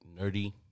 nerdy